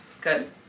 good